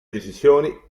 decisioni